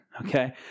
Okay